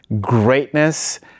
greatness